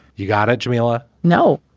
you got it jameelah. no